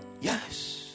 Yes